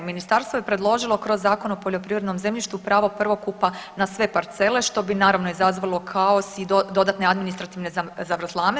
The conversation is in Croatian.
Ministarstvo je predložilo kroz Zakon o poljoprivrednom zemljištu pravo prvokupa na sve parcele što bi naravno izazvalo kaos i dodatne administrativne zavrzlame.